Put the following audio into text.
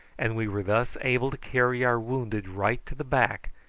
and we were thus able to carry our wounded right to the back,